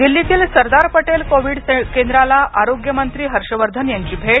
दिल्लीतील सरदार पटेल कोविड केंद्राला आरोग्यमंत्री हर्षवर्धन यांची भेट